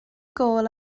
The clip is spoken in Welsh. gôl